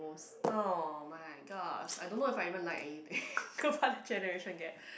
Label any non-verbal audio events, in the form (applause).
oh-my-gosh I don't know if I even like anything (breath) but the generation gap